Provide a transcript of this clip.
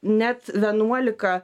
net vienuolika